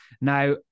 Now